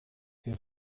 wir